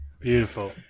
Beautiful